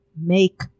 Make